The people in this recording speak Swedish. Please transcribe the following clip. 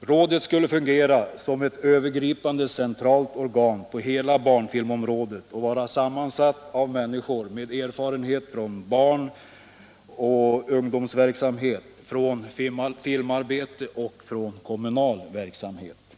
Rådet skulle fungera som ett övergripande centralt organ på hela barnfilmområdet och vara sammansatt av människor med erfarenhet från barnoch ungdomsverksamhet, från filmarbete och från kommunal verksamhet.